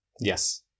Yes